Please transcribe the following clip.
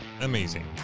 amazing